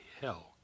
hell